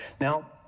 Now